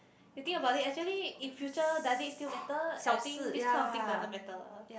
you think about it actually in future does it still matter I think this kind of thing doesn't matter lah